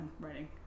writing